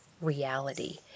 reality